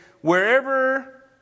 Wherever